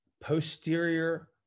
posterior